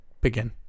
Begin